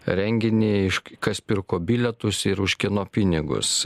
renginį aišku kas pirko bilietus ir už kieno pinigus